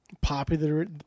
popular